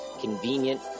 convenient